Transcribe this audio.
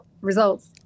results